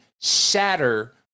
shatter